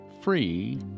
free